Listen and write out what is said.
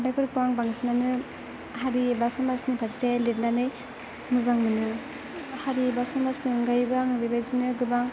खन्थाइफोरखौ आं बांसिनानो हारि एबा समाजनि फार्से लिरनानै मोजां मोनो हारि एबा समाजनि अनगायैबो आङो बेबायदिनो गोबां